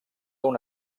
una